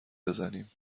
بزنیم